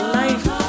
life